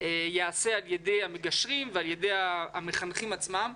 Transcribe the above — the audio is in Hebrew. ייעשה על ידי המגשרים ועל ידי המחנכים עצמם.